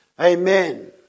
Amen